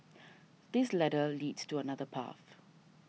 this ladder leads to another path